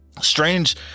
Strange